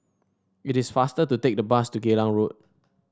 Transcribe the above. it is faster to take the bus to Geylang Road